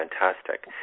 Fantastic